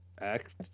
Act